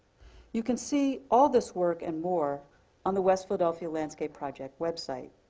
you can see all this work and more on the west philadelphia landscape project website.